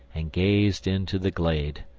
and gazed into the glade.